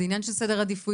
זה עניין של סדר עדיפויות,